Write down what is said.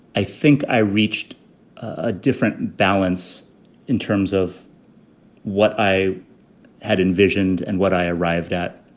i think i reached ah different balance in terms of what i had envisioned and what i arrived at.